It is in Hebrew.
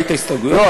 ראית הסתייגויות?